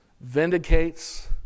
vindicates